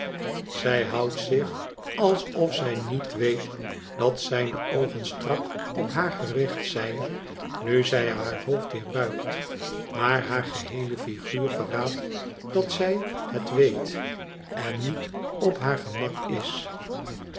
zij houdt zich alsof zij niet weet dat zijne oogen strak op haar gericht zijn nu zij haar hoofd weer buigt maar haar geheele figuur verraadt dat zij het weet en niet op haar gemak is